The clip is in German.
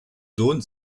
sohn